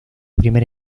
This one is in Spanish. primer